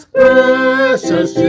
precious